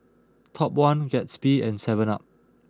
Top One Gatsby and seven up